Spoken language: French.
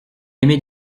aimait